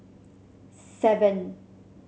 seven